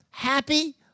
happy